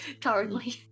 currently